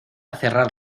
cerrar